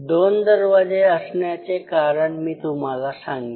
दोन दरवाजे असण्याचे कारण मी तुम्हाला सांगेन